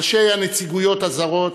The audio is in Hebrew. ראשי הנציגויות הזרות,